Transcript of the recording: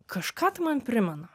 kažką tai man primena